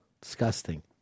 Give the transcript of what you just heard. Disgusting